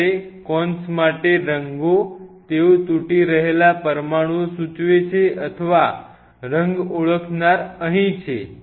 જ્યારે કોન્સ માટે રંગો તેઓ તૂટી રહેલા પરમાણુઓ સૂચવે છે અથવા રંગ ઓળખનાર અહીં છે